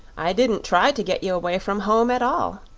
i didn't try to get you away from home, at all.